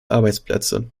arbeitsplätze